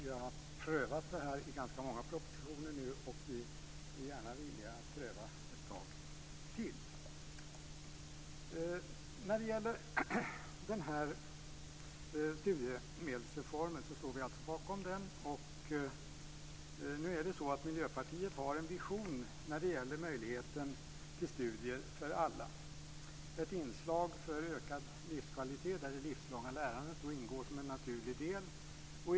Vi har nu prövat den i ganska många propositioner, och vi är villiga att pröva den ett tag till. Vi står alltså bakom studiemedelsreformen. Miljöpartiet har en vision när det gäller möjligheten till studier för alla, ett inslag för ökad livskvalitet, där det livslånga lärandet ingår som en naturlig del.